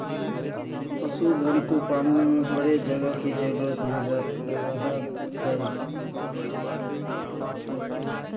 पशुधन को पालने में बड़े जगह की जरूरत भी रहअ हई